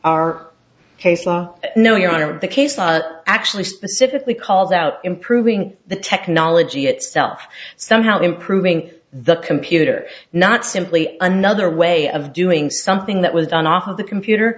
our case law no your honor the case law actually specifically calls out improving the technology itself somehow improving the computer not simply another way of doing something that was done off of the computer